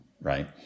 right